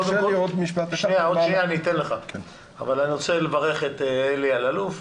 אני רוצה לברך את אלי אללוף.